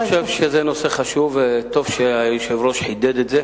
אני חושב שזה נושא חשוב וטוב שהיושב-ראש חידד את זה.